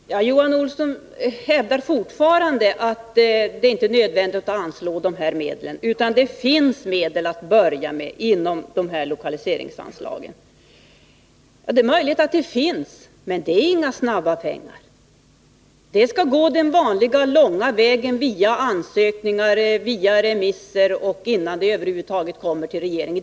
Herr talman! Johan Olsson hävdar fortfarande att det inte är nödvändigt att anslå dessa medel utan att det finns medel att börja med inom ramen för lokaliseringsanslagen. Det är möjligt att det finns — men det är inga snabba pengar. Det skall gå den vanliga, långa vägen via ansökningar och remisser innan ärendet över huvud taget kommer till regeringen.